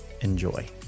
Enjoy